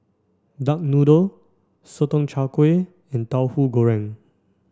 duck noodle Sotong Char Kway and Tauhu Goreng